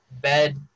bed